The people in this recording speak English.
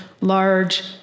large